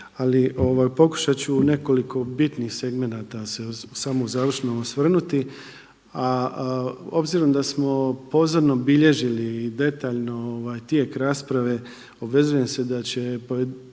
Ali pokušat ću u nekoliko bitnih segmenata se samo u završnom osvrnuti, a obzirom da smo pozorno bilježili i detaljno tijek rasprave obvezujem da će se pojedinim